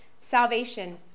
salvation